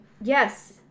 Yes